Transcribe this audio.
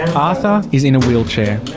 arthur is in a wheelchair.